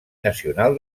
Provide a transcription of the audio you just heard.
nacional